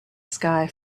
sky